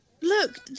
Look